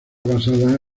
basada